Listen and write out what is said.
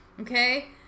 Okay